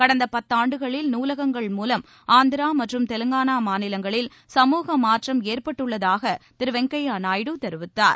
கடந்த பத்தாண்டுகளில் நூலகங்கள் மூலம் ஆந்திரா மற்றும் தெலங்கானா மாநிலங்களில் சமூக மாற்றம் ஏற்கப்பட்டுள்ளதாக திரு வெங்கையா நாயுடு தெரிவித்தார்